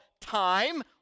time